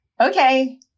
okay